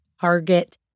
target